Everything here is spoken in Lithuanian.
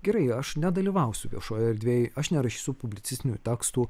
gerai aš nedalyvausiu viešoj erdvėj aš nerašysiu publicistinių tekstų